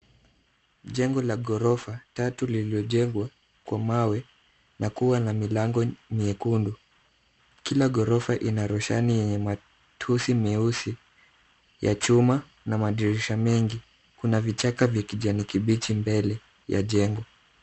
Jengo la ghorofa tatu lililojengwa kwa mawe na kuwa na milango miekundu. Kila ghorofa ina roshani yenye matushi meusi ya chuma na madirisha mengi. Kuna vichaka vya kijani kibichi mbele ya jengo.